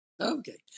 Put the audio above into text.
Okay